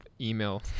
Email